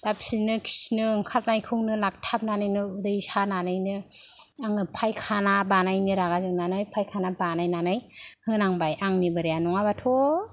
दा फिननो खिनो ओंखारनायखौनो लाखथाबनानैनो उदै सानानैनो आङो फायखाना बानायैनि रागा जोंनानै फायखाना बानायनानै होनांबाय आंनि बोराया नङाबाथ'